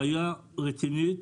בעיה רצינית,